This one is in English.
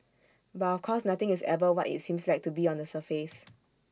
but of course nothing is ever what IT seems like to be on the surface